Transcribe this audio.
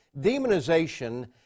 demonization